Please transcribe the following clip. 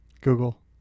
Google